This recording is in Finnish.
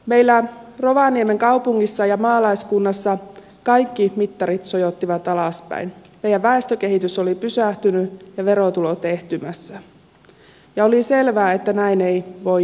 meillä rovaniemen kaupungissa ja maalaiskunnassa kaikki mittarit sojottivat alaspäin meidän väestökehityksemme oli pysähtynyt ja verotulot ehtymässä ja oli selvää että näin ei voi jatkua